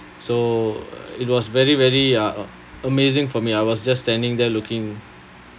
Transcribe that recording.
so it was very very a~ amazing for me I was just standing there looking